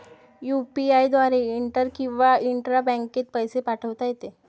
UPI द्वारे inter किंवा intra बँकेत पैसे पाठवता येते